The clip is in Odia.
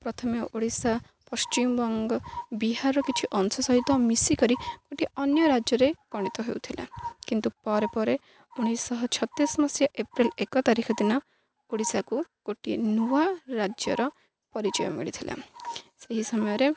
ପ୍ରଥମେ ଓଡ଼ିଶା ପଶ୍ଚିମବଙ୍ଗ ବିହାର କିଛି ଅଂଶ ସହିତ ମିଶିକରି ଗୋଟିଏ ଅନ୍ୟ ରାଜ୍ୟରେ ଗଣିତ ହେଉଥିଲା କିନ୍ତୁ ପରେ ପରେ ଉଣେଇଶିଶହ ଛତିଶି ମସିହା ଏପ୍ରିଲ ଏକ ତାରିଖ ଦିନ ଓଡ଼ିଶାକୁ ଗୋଟିଏ ନୂଆ ରାଜ୍ୟର ପରିଚୟ ମିଳିଥିଲା ସେହି ସମୟରେ